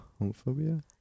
homophobia